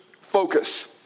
focus